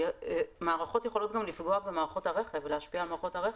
כי מערכות יכולות גם לפגוע ולהשפיע על מערכות הרכב,